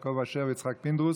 יעקב אשר ויצחק פינדרוס.